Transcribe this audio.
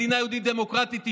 מדינה יהודית-דמוקרטית,